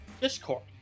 Discord